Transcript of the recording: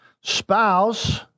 Spouse